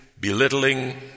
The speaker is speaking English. belittling